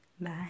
Bye